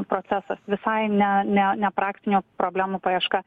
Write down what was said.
procesas visai ne ne ne praktinių problemų paieška